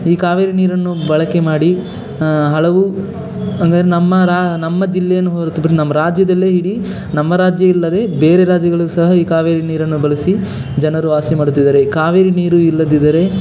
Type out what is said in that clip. ಈ ಕಾವೇರಿ ನೀರನ್ನು ಬಳಕೆ ಮಾಡಿ ಹಲವು ಹಂಗದ್ರೆ ನಮ್ಮ ರಾ ನಮ್ಮ ಜಿಲ್ಲೆಯನ್ನು ಹೊರತು ಪಡಿ ನಮ್ಮ ರಾಜ್ಯದಲ್ಲೇ ಇಡೀ ನಮ್ಮ ರಾಜ್ಯ ಇಲ್ಲದೇ ಬೇರೆ ರಾಜ್ಯಗಳಲ್ಲೂ ಸಹ ಈ ಕಾವೇರಿ ನೀರನ್ನು ಬಳಸಿ ಜನರು ವಾಸ ಮಾಡುತ್ತಿದ್ದಾರೆ ಕಾವೇರಿ ನೀರು ಇಲ್ಲದಿದ್ದರೆ